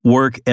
Work